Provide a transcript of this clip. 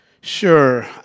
Sure